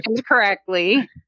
correctly